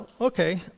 okay